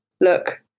look